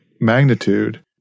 magnitude